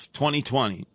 2020